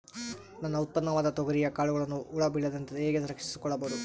ನನ್ನ ಉತ್ಪನ್ನವಾದ ತೊಗರಿಯ ಕಾಳುಗಳನ್ನು ಹುಳ ಬೇಳದಂತೆ ಹೇಗೆ ರಕ್ಷಿಸಿಕೊಳ್ಳಬಹುದು?